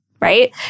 Right